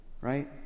right